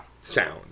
sound